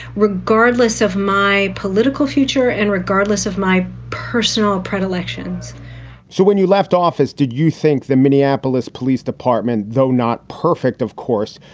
regardless of my political future and regardless of my personal predilections so when you left office, did you think the minneapolis police department, though not perfect, of course.